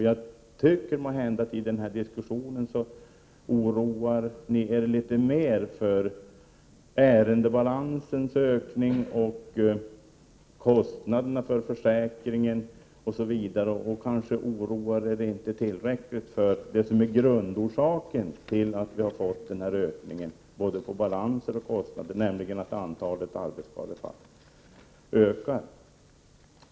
Jag tror att ni oroar er mer för ärendebalansens ökning, kostnaderna för försäkringen osv. och därför kanske inte oroar er tillräckligt för det som är grundorsaken till den här ökningen beträffande både balanser och kostnader, nämligen att antalet arbetsskadefall ökar.